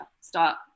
start